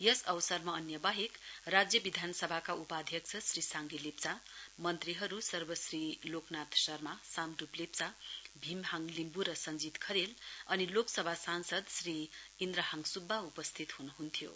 यस अवसरमा अन्य बाहेक राज्य विधानसभाका उपाध्यक्ष श्री साङ्गे लेप्चा मन्त्रीहरू सर्वश्री लोकनाथ शर्मा साम्ड्रुप लेप्चा भीमहाङ लिम्बु र सञ्जीत खरेल अनि लोकसभा सासंद श्री इन्द्रहाङ सुब्बा उपस्थित हुनुहुन्थ्यो